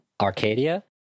Arcadia